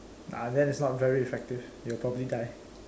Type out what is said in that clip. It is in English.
ah then it's not very effective you'll probably die